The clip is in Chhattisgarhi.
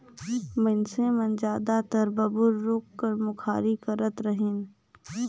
मइनसे मन जादातर बबूर रूख कर मुखारी करत रहिन